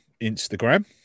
Instagram